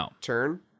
turn